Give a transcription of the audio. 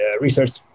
research